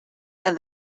and